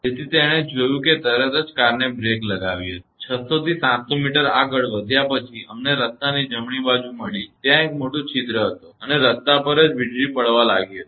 તેથી તેણે જોયું કે તરત જ કારને બ્રેક લગાવી હતી 600 થી 700 મીટર આગળ વધ્યા પછી અમને રસ્તાની જમણી બાજુ મળી ત્યાં એક મોટો છિદ્ર હતો અને રસ્તા પર જ વીજળી પડવા લાગી હતી